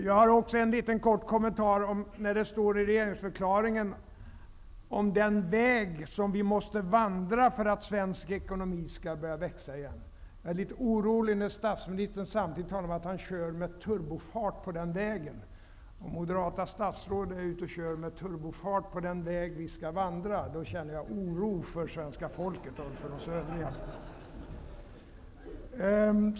Jag har också en kort kommentar om vad som står i regeringsförklaringen om den väg vi måste vandra för att svensk ekonomi skall börja växa igen. Jag blir litet orolig när statsministern samtidigt säger att han kör med turbofart på den vägen. När moderata statsråd kör med turbofart på den väg vi skall vandra känner jag oro för svenska folket och för oss övriga.